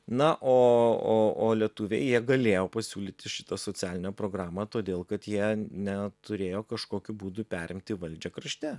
na o o o lietuviai jie galėjo pasiūlyti šitą socialinę programą todėl kad jie ne turėjo kažkokiu būdu perimti valdžią krašte